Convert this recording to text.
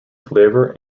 flavour